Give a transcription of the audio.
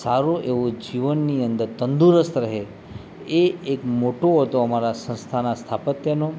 સારું એવું જીવનની અંદર તંદુરસ્ત રહે એ એક મોટો હતો અમારા સંસ્થાના સ્થાપત્યનો